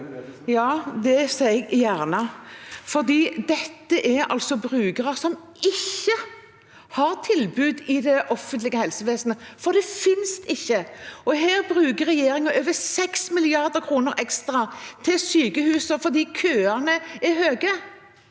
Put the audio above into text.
Ja, det sier jeg gjerne. Dette er altså brukere som ikke har tilbud i det offentlige helsevesenet, for det finnes ikke, og her bruker regjeringen over 6 mrd. kr ekstra til sykehusene fordi køene er høye.